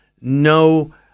no